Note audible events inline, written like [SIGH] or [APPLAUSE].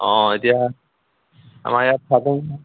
অঁ এতিয়া আমাৰ ইয়াত [UNINTELLIGIBLE]